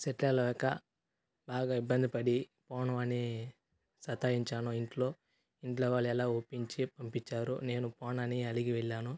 set అవ్వల్లేక బాగా ఇబ్బంది పడి పోను అని సతాయించాను ఇంట్లో ఇంట్లో వాళ్ళు ఎలా ఒప్పించి పంపించారు నేను పోనని అలిగి వెళ్ళాను